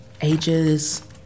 Ages